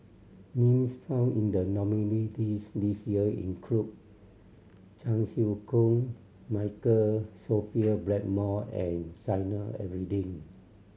names found in the nominee list this year include Chan Chew Koon Michael Sophia Blackmore and Zainal Abidin